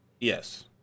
Yes